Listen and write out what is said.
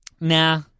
Nah